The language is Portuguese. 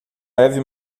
leve